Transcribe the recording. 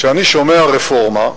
כשאני שומע "רפורמה",